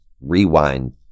rewind